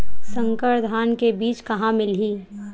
संकर धान के बीज कहां मिलही?